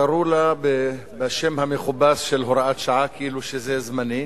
קראו לה בשם המכובס "הוראת שעה", כאילו שזה זמני,